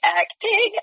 acting